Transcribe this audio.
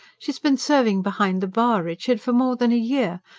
she's been serving behind the bar, richard, for more than a year.